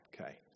Okay